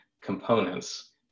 components